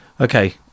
Okay